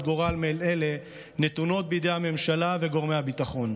גורל מעין אלה נתונים בידי הממשלה וגורמי הביטחון.